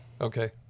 Okay